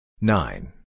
nine